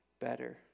better